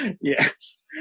yes